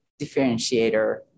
differentiator